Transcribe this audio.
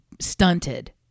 stunted